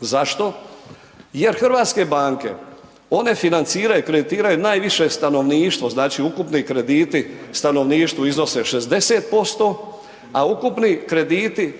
Zašto? Jer hrvatske banke one financiraju, kreditiraju najviše stanovništvo. Znači ukupni krediti stanovništvu iznose 60%, a ukupni krediti